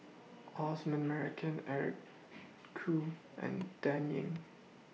Osman Merican Eric Khoo and Dan Ying